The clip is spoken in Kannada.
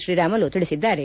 ಶ್ರೀರಾಮುಲು ತಿಳಿಸಿದ್ದಾರೆ